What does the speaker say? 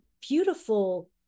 beautiful